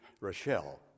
Rochelle